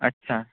अच्छा